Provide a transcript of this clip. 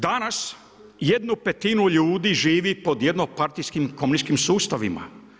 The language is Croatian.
Danas 1/5 ljudi živi pod jednopartijskim komunističkim sustavima.